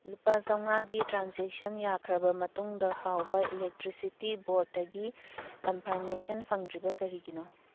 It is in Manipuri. ꯂꯨꯄꯥ ꯆꯥꯝꯃꯉꯥꯒꯤ ꯇ꯭ꯔꯥꯟꯖꯦꯛꯁꯟ ꯌꯥꯈ꯭ꯔꯕ ꯃꯇꯨꯡꯗ ꯐꯥꯎꯕ ꯏꯂꯦꯛꯇ꯭ꯔꯤꯁꯤꯇꯤ ꯕꯣꯔꯠꯇꯒꯤ ꯀꯟꯐꯥꯔꯃꯦꯁꯟ ꯐꯪꯗ꯭ꯔꯤꯕ ꯀꯔꯤꯒꯤꯅꯣ